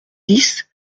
dix